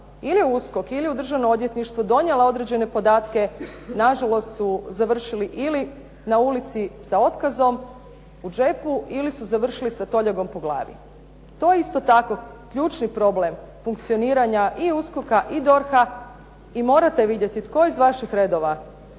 ili u USKOK ili u Državno odvjetništvo, donijela određene podatke nažalost su završili ili na ulici sa otkazom u džepu ili su završili sa toljagom po glavi. To je isto tako ključni problem funkcioniranja i USKOK-a i DORH-a i morate vidjeti tko iz vaših redova